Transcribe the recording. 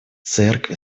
церкви